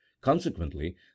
consequently